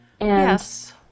Yes